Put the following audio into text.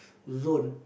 zone